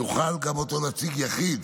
יוכל גם אותו נציג יחיד